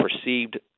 perceived